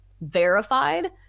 verified